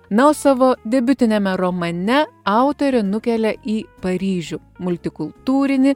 na o savo debiutiniame romane autorė nukelia į paryžių multikultūrinį